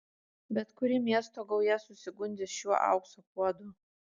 bet kuri miesto gauja susigundys šiuo aukso puodu